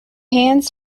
hands